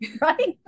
right